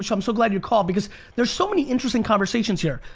so i'm so glad you called because there's so many interesting conversations here.